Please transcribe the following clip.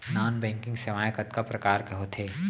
non banking सेवाएं कतका प्रकार के होथे